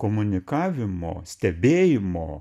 komunikavimo stebėjimo